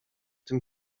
tym